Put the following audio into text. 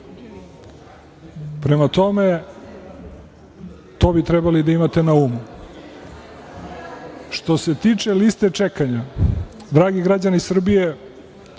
Prema tome, to bi trebali da imate na umu. Što se tiče liste čekanja, dragi građani Srbije,